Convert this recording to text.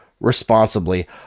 responsibly